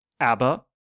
ABBA